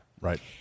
right